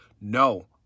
No